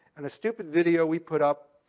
and a stupid video we put up,